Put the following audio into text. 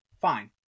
fine